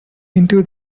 into